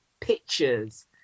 pictures